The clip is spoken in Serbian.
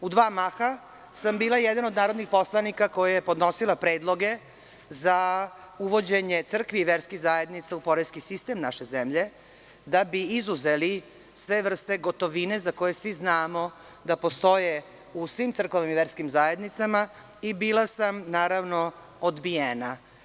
U dva maha sam bila jedan od narodnih poslanika koja je podnosila predloge za uvođenje crkvi i verskih zajednica u poreski sistem naše zemlje, da bi izuzeli sve vrste gotovine za koje svi znamo da postoje u svim crkvenim i verskim zajednicama i bila sam, naravno, odbijena.